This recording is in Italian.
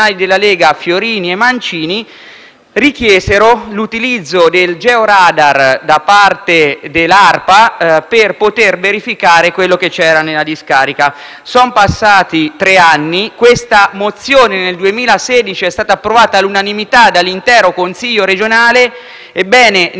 per la protezione ambientale (ARPA) per poter verificare quello che c'era nella discarica. Sono passati tre anni e questa mozione, nel 2016, è stata approvata all'unanimità dall'intero Consiglio regionale. Ebbene, nei giorni scorsi all'ARPA, che chiedeva la